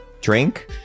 drink